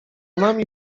nami